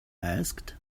asked